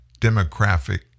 demographic